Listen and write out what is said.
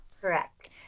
Correct